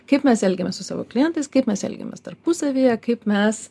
kaip mes elgiamės su savo klientais kaip mes elgiamės tarpusavyje kaip mes